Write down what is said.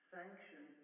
sanction